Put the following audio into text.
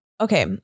okay